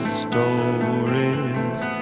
stories